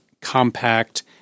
compact